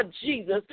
Jesus